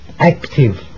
active